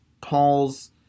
Paul's